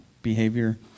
behavior